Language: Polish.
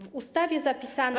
W ustawie zapisano.